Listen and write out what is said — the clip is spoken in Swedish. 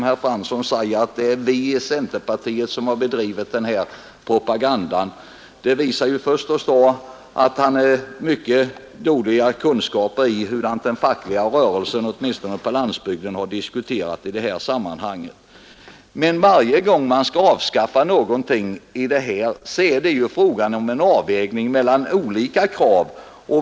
Herr Fransson påstår att det är centerpartiet som har bedrivit denna propaganda. Det visar att han har mycket dåliga kunskaper om hur den fackliga rörelsen, åtminstone på landsbygden, har agerat i detta sammanhang. Men varje gång man skall avskaffa någon ortsgruppering, är det ju fråga om en avvägning mellan olika krav.